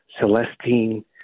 Celestine